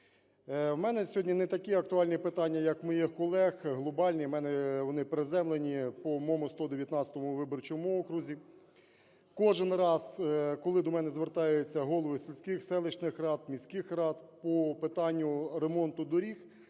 В мене сьогодні не такі актуальні питання, як у моїх колег, глобальні, в мене вони приземлені: по моєму 119 виборчому окрузі. Кожен раз, коли до мене звертаються голови сільських, селищних рад, міських рад по питанню ремонту доріг,